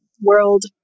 world